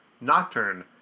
Nocturne